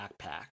backpack